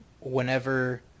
whenever